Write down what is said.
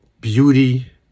beauty